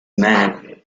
man